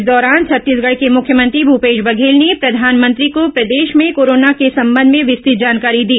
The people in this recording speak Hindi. इस दौरान छत्तीसगढ़ के मुख्यमंत्री भूपेश बधेल ने प्रधानमंत्री को प्रदेश में कोरोना के संबंध में विस्तृत जानकारी दी